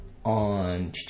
on